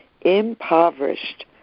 impoverished